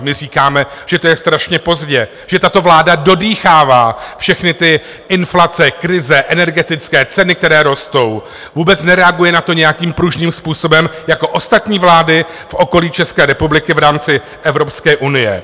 My říkáme, že to je strašně pozdě, že tato vláda dodýchává všechny ty inflace, krize, energetické, ceny, které rostou, vůbec na to nereaguje nějakým pružným způsobem jako ostatní vlády v okolí České republiky v rámci Evropské unie.